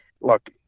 look